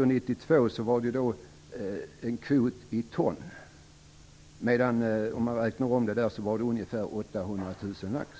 och 1992 var det en kvot i ton som, om man räknar om den, uppgick till ungefär 800 000 laxar.